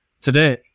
today